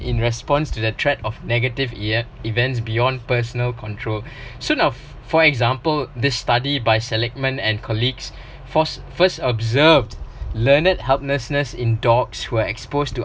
in response to the thread of negative ev~ events beyond personal control soon of for example this study by seligman and colleagues first first observed learned helplessness in dogs who are exposed to